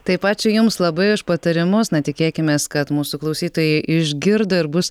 taip ačiū jums labai už patarimus na tikėkimės kad mūsų klausytojai išgirdo ir bus